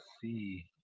see